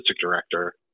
director